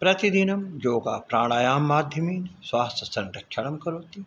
प्रतिदिनं योगप्राणायाममाध्यमेन श्वाससंरक्षणं करोति